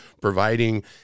providing